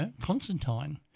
Constantine